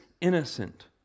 innocent